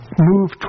move